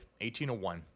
1801